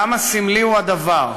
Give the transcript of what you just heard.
כמה סמלי הוא הדבר,